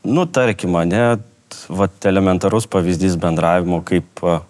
nu tarkim ane vat elementarus pavyzdys bendravimo kaip